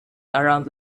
around